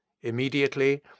immediately